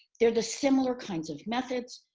they're the similar kinds of methods,